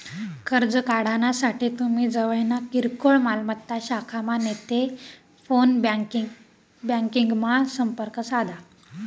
कर्ज काढानासाठे तुमी जवयना किरकोय मालमत्ता शाखामा नैते फोन ब्यांकिंगमा संपर्क साधा